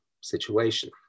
situation